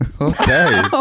Okay